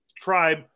tribe